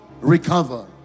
recover